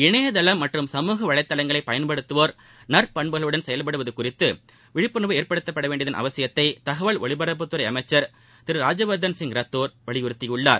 இணையதளம் மற்றும் சமூக வலைதளங்களை பயன்படுத்துவோர் நற்பண்புகளுடன் செயவ்படுவது குறித்து விழிப்புணர்வு ஏற்படுத்தவேண்டியதன் அவசியத்தை தகவல் ஒலிபரப்புத்துறை அமைச்சர் திரு ராஜீயவர்தன் சிங் ரத்தோர் வலியுறுத்தியுள்ளார்